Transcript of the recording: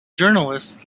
journalists